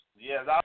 Yes